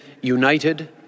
united